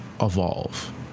evolve